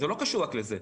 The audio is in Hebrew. זה לא קשור רק לזה.